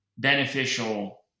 Beneficial